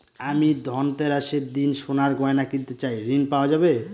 আমি ধনতেরাসের দিন সোনার গয়না কিনতে চাই ঝণ পাওয়া যাবে?